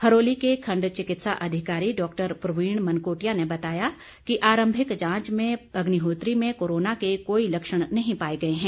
हरोली के खण्ड चिकित्सा अधिकारी डॉक्टर प्रवीण मनकोटिया ने बताया कि आरंभिक जांच में अग्निहोत्री में कोरोना के कोई लक्षण नहीं पाये गये हैं